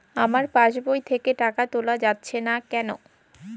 আমার পাসবই থেকে টাকা তোলা যাচ্ছে না কেনো?